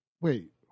Wait